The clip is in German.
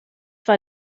war